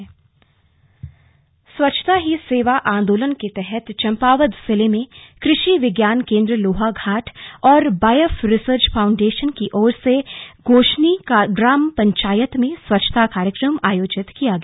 slug स्वच्छता की सेवा स्वच्छता ही सेवा आन्दोलन के तहत चम्पावत जिले में कृषि विज्ञान केंद्र लोहाघाट और बायफ रिसर्च फाउंडेशन की ओर से गोशनी ग्राम पंचायत में स्वच्छता कार्यक्रम आयोजित किया गया